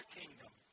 kingdom